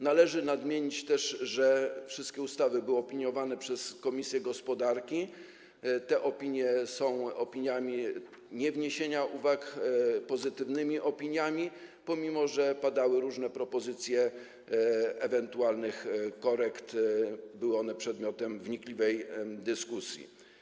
Należy nadmienić też, że wszystkie ustawy były opiniowane przez komisję gospodarki, te opinie są opiniami mówiącymi o niewniesieniu uwag, są pozytywnymi opiniami, pomimo że padały różne propozycje ewentualnych korekt, były one przedmiotem wnikliwej dyskusji.